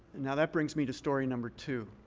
now that brings me to story number two.